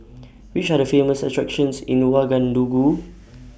Which Are The Famous attractions in Ouagadougou